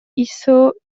hizo